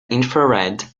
infrared